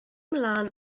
ymlaen